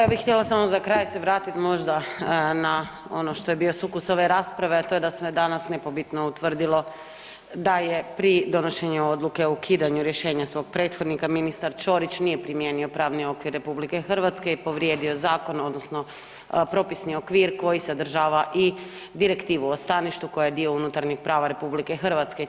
Ja bih htjela samo za kraj se vratiti možda na ono što je bio sukus ove rasprave, a to je da se danas nepobitno utvrdilo da pri donošenju odluke o ukidanju rješenja svog prethodnika ministar Ćorić nije primijenio pravni okvir Republike Hrvatske i povrijedio zakon odnosno propisni okvir koji sadržava i direktivu o staništu koja je dio unutarnjeg prava Republike Hrvatske.